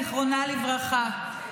זיכרונה לברכה,